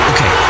Okay